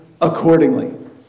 accordingly